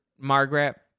Margaret